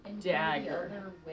dagger